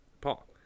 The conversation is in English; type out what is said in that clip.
Paul